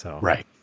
Right